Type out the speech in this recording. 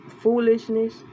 foolishness